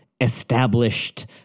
established